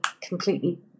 completely